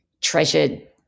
treasured